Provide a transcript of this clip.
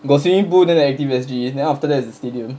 got swimming pool then the Active S_G then after that is the stadium